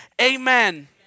amen